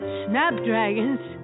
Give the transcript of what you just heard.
snapdragons